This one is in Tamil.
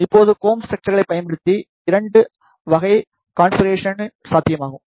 இப்போது கோம்ப் ஸ்ட்ரக்ச்சர்களைப் பயன்படுத்தி 2 வகை காண்பிக்கரேஷனில் சாத்தியமாகும்